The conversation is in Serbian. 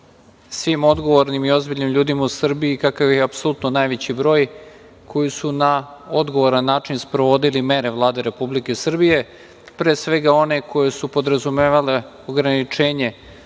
svim odgovornim i ozbiljnim ljudima u Srbiji, kakav ih je apsolutno najveći broj, koji su na odgovoran način sprovodili mere Vlade Republike Srbije, pre svega one koje su podrazumevale ograničenje